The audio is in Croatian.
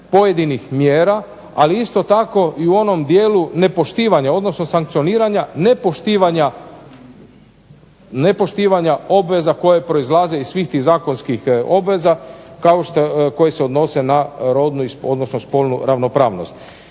pojedinih mjera ali isto tako u onom dijelu nepoštivanja odnosno sankcioniranja nepoštivanja obveza koje proizlaze iz svih tih zakonskih obveza koje se odnose na rodnu odnosno spolnu ravnopravnost.